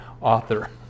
author